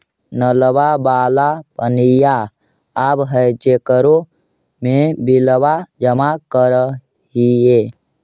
नलवा वाला पनिया आव है जेकरो मे बिलवा जमा करहिऐ?